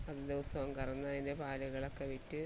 ദിവസവും കറന്ന് അതിൻ്റെ പാലുകളൊക്കെ വിറ്റ്